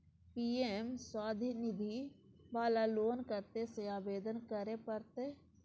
PM Svanidhi वाला loan कत्ते से आवेदन करे परतै?